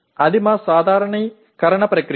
అది మా సాధారణీకరణ ప్రక్రియ